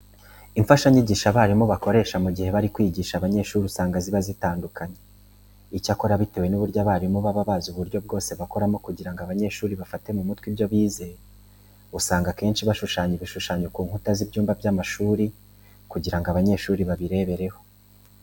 Imfashanyigisho abarimu bakoresha mu gihe bari kwigisha abanyeshuri usanga ziba zitandukanye. Icyakora bitewe n'uburyo abarimu baba bazi uburyo bwose bakoramo kugira ngo abanyeshuri bafate mu mutwe ibyo bize, usanga akenshi bashushanya ibishushanyo ku nkuta z'ibyumba by'amashuri kugira ngo abanyeshuri babirebereho.